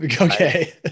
Okay